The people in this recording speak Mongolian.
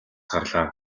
гарлаа